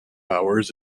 hours